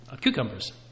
cucumbers